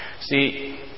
See